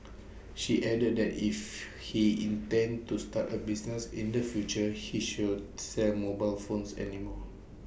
she added that if he intends to start A business in the future he should sell mobile phones any more